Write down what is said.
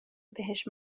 بهش